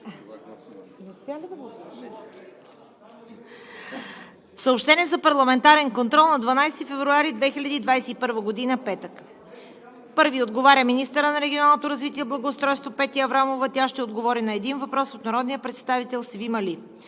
Съобщение за парламентарен контрол на 12 февруари 2021 г., петък. 1. Министърът на регионалното развитие и благоустройството Петя Аврамова ще отговори на 1 въпрос от народния представител Севим Али.